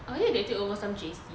or is it they take over some J_C